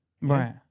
Right